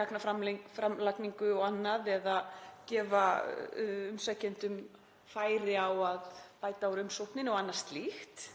gagnaframlagningu og annað eða gefa umsækjendum færi á að bæta úr umsókninni og annað slíkt.